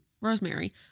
Rosemary